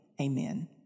amen